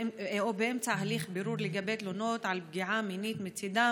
שבאמצע הליך בירור לגבי תלונות על פגיעה מינית מצידם